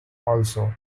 also